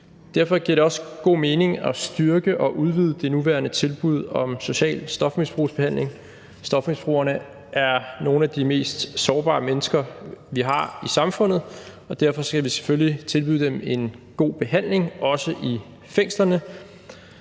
Derfor giver det også god mening at styrke og udvide det nuværende tilbud om social stofmisbrugsbehandling. Stofmisbrugerne er nogle af de mest sårbare mennesker, vi har i samfundet, og derfor skal vi selvfølgelig tilbyde dem en god behandling, også i fængslerne.